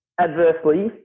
Adversely